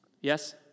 Yes